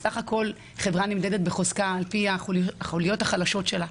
בסך הכול חוזק של חברה נמדד על פי החוליות החלשות שלה,